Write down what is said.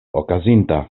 okazinta